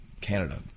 Canada